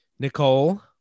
Nicole